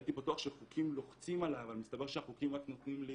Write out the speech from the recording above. הייתי בטוח שחוקים לוחצים עליי אבל מסתבר שהחוקים רק נותנים לי